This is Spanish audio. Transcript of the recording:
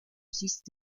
sistema